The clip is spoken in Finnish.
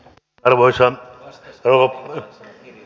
arvoisa rouva puhemies